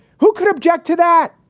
who could object to that?